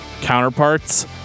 counterparts